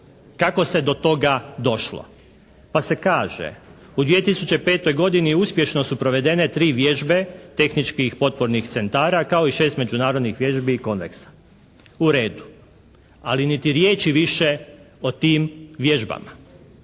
kako se do toga došlo. Pa se kaže u 2005. godini uspješno su provedene tri vježbe tehničkih potpornih centara kao i 6 međunarodnih vježbi i konveksa. U redu. Ali niti riječi više o tim vježbama.